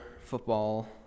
football